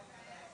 ערעור נדחה,